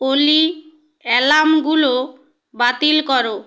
ওলি অ্যালার্মগুলো বাতিল করো